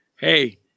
hey